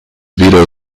veto